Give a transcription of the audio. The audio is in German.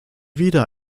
wieder